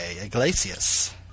Iglesias